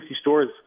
stores